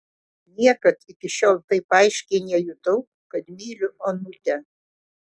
niekad iki šiol taip aiškiai nejutau kad myliu onutę